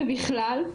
ובכלל,